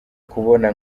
kubona